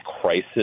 crisis